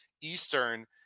Eastern